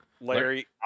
Larry